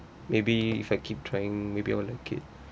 maybe if I keep trying maybe I'll like it